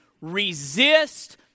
resist